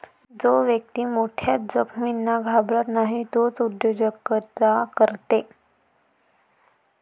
जो व्यक्ती मोठ्या जोखमींना घाबरत नाही तोच उद्योजकता करते